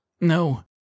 No